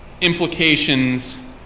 implications